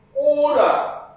order